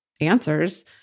answers